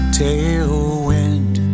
tailwind